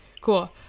Cool